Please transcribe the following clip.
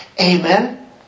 Amen